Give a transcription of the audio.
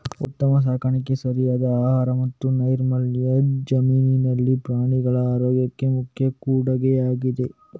ಉತ್ತಮ ಸಾಕಾಣಿಕೆ, ಸರಿಯಾದ ಆಹಾರ ಮತ್ತು ನೈರ್ಮಲ್ಯವು ಜಮೀನಿನಲ್ಲಿ ಪ್ರಾಣಿಗಳ ಆರೋಗ್ಯಕ್ಕೆ ಮುಖ್ಯ ಕೊಡುಗೆಯಾಗಿದೆ